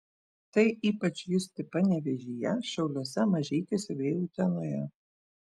tai ypač justi panevėžyje šiauliuose mažeikiuose bei utenoje